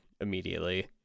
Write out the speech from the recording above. immediately